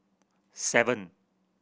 seven